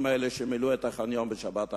האלה שמילאו את החניון בשבת האחרונה.